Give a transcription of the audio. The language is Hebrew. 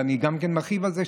ואני גם מרחיב על זה,